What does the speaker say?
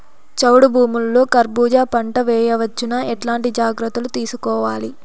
చౌడు భూముల్లో కర్బూజ పంట వేయవచ్చు నా? ఎట్లాంటి జాగ్రత్తలు తీసుకోవాలి?